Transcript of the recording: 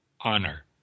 honor